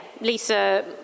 Lisa